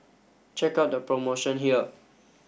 check out the promotion here